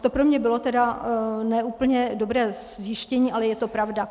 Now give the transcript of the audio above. To pro mě bylo tedy ne úplně dobré zjištění, ale je to pravda.